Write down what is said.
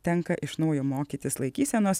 tenka iš naujo mokytis laikysenos